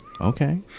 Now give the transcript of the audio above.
Okay